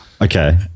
Okay